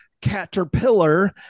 caterpillar